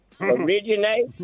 originate